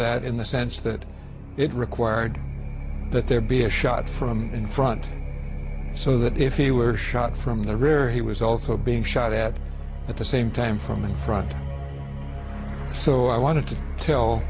that in the sense that it required that there be a shot from in front so that if he were shot from the rare he was also being shot at at the same time from in front so i wanted to tell